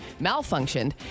malfunctioned